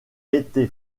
été